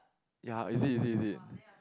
ya is it is it is it